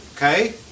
Okay